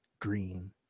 green